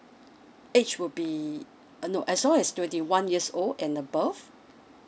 age will be uh no as long as twenty one years old and above